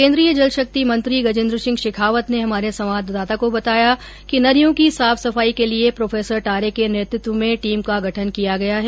केंद्रीय जल शक्ति मंत्री गजेंद्र सिंह शेखावत ने हमारे संवाददाता को बताया कि नदियों की साफ सफाई के लिए प्रो टारे के नेतृत्व में टीम का गठन किया गया है